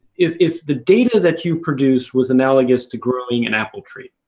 if if the data that you produce was analogous to growing an apple tree,